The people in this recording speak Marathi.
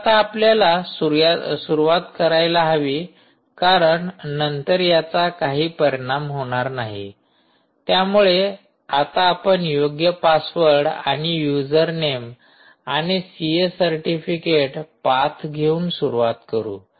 तर आता आपल्याला सुरुवात करायला हवी कारण नंतर याचा काही परिणाम होणार नाही त्यामुळे आता आपण योग्य पासवर्ड आणि युजरनेम आणि सीए सर्टिफिकेट पाथ घेऊन सुरुवात करु